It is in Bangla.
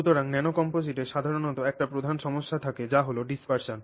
সুতরাং ন্যানোকম্পোজিটের সাধারণত একটি প্রধান সমস্যা থাকে যা হল dispersion